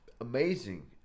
Amazing